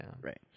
right